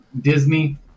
Disney